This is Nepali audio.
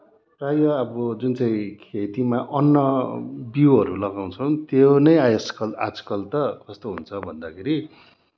प्रायः अब जुन चाहिँ खेतीमा अन्न बिउहरू लगाउँछन् त्यो नै आयसकल आजकल त कस्तो हुन्छ भन्दाखेरि